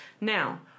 Now